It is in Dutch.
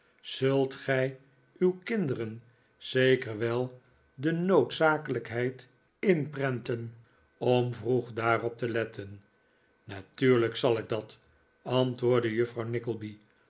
zult gij uw kinderen zeker wel de noodzakelijkheid inprenten om vroeg daarop te letten natuurlijk zal ik dat antwoordde juffrouw